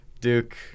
Duke